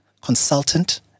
consultant